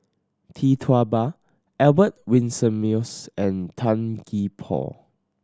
Tee Tua Ba Albert Winsemius and Tan Gee Paw